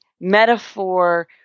metaphor